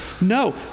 No